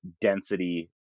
density